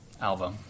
Alva